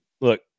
look